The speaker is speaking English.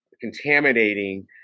contaminating